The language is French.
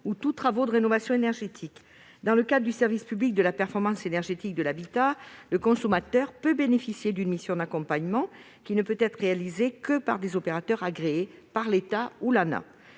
ou tous travaux de rénovation énergétique. Dans le cadre du service public de la performance énergétique de l'habitat, le consommateur peut bénéficier d'une mission d'accompagnement. Celle-ci ne peut être réalisée que par des opérateurs agréés par l'État ou l'ANAH.